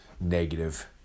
negative